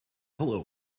hello